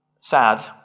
sad